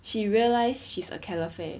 she realised she's a calefare